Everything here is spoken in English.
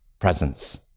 presence